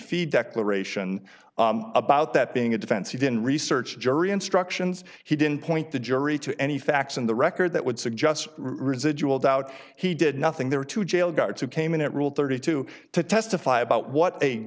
fee declaration about that being a defense he didn't research jury instructions he didn't point the jury to any facts in the record that would suggest residual doubt he did nothing there are two jail guards who came in at rule thirty two to testify about what a